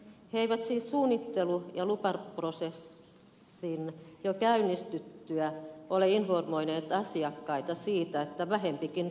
he eivät siis suunnittelu ja lupaprosessin jo käynnistyttyä ole informoineet asiakkaita siitä että vähempikin riittäisi